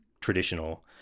traditional